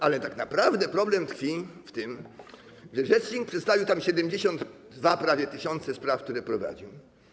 Ale tak naprawdę problem tkwi w tym, że rzecznik przedstawił prawie 72 tys. spraw, które prowadził.